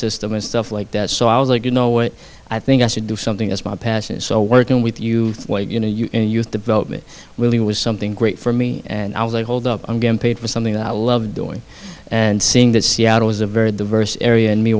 system and stuff like that so i was like you know what i think i should do something as my past so working with you you know the youth development really was something great for me and i was a hold up i'm getting paid for something that i love doing and seeing that seattle is a very diverse area and me